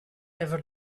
ever